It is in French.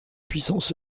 puissances